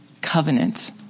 covenant